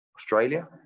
Australia